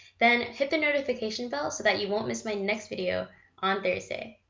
then hit the notification bell, so that you won't miss my next video on thursday.